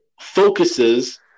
focuses